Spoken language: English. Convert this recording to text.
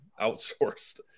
outsourced